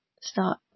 start